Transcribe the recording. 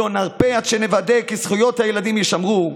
לא נרפה עד שנוודא כי זכויות הילדים יישמרו.